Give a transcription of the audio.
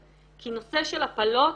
כי הנושא של הפלות,